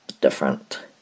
different